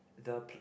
the peak